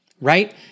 right